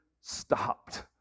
stopped